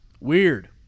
Weird